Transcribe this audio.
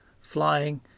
flying